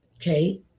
Okay